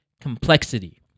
complexity